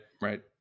right